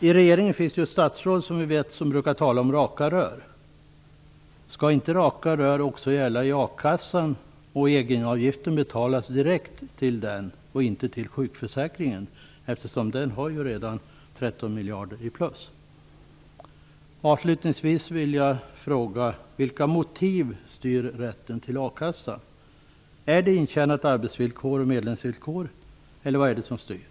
I regeringen finns det, som vi vet, ett statsråd som brukar tala om "raka rör". Skall inte "raka rör" gälla också för a-kassan och egenavgiften därför betalas direkt till kassan och inte till sjukförsäkringen? Denna har ju redan 13 miljarder i plus. Avslutningsvis vill jag fråga vad som styr rätten till a-kassa. Är det intjänat arbetsvillkor och medlemsvillkor, eller vad är det som styr?